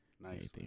Nice